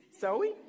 Zoe